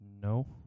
No